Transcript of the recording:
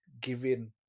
giving